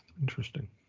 interesting